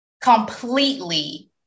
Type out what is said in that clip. completely